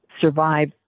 survive